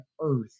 earth